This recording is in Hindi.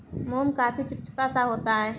मोम काफी चिपचिपा सा होता है